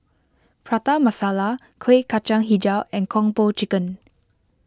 Prata Masala Kuih Kacang HiJau and Kung Po Chicken